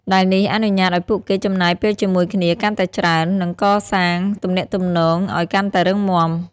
ដែលនេះអនុញ្ញាតឱ្យពួកគេចំណាយពេលជាមួយគ្នាកាន់តែច្រើន និងកសាងទំនាក់ទំនងឲ្យកាន់តែរឹងមាំ។